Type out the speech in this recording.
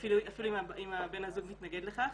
אפילו אם בן הזוג מתנגד לכך,